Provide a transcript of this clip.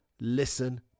listen